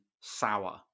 sour